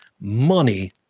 money